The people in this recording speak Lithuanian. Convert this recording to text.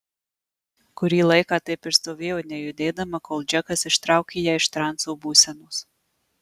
kurį laiką taip ir stovėjo nejudėdama kol džekas ištraukė ją iš transo būsenos